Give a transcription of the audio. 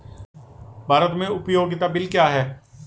भारत में उपयोगिता बिल क्या हैं?